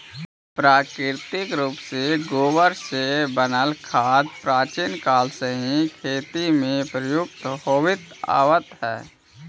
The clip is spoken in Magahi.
प्राकृतिक रूप से गोबर से बनल खाद प्राचीन काल से ही खेती में प्रयुक्त होवित आवित हई